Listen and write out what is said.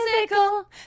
physical